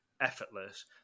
effortless